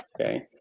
okay